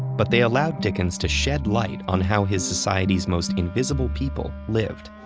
but they allowed dickens to shed light on how his society's most invisible people lived.